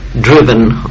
driven